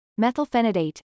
methylphenidate